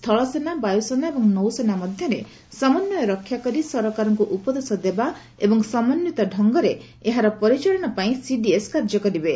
ସ୍ଥଳ ସେନା ବାୟୁସେନା ଏବଂ ନୌସେନା ମଧ୍ୟରେ ସମନ୍ୱୟ ରକ୍ଷା କରି ସରକାରଙ୍କୁ ଉପଦେଶ ଦେବା ଏବଂ ସମନ୍ଧିତ ଢଙ୍ଗରେ ଏହାର ପରିଚାଳନା ପାଇଁ ସିଡିଏସ୍ କାର୍ଯ୍ୟ କରିବେ